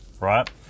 right